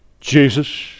Jesus